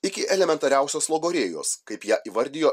iki elementariausios logorėjos kaip ją įvardijo